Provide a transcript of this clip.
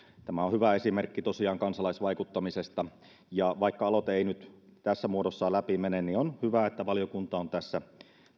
tämä on tosiaan hyvä esimerkki kansalaisvaikuttamisesta vaikka aloite ei nyt tässä muodossaan läpi mene on hyvä että valiokunta on tässä